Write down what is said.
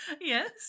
Yes